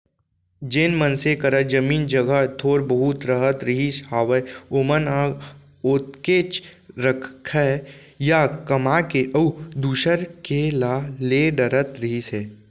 जेन मनसे करा जमीन जघा थोर बहुत रहत रहिस हावय ओमन ह ओतकेच रखय या कमा के अउ दूसर के ला ले डरत रहिस हे